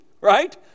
right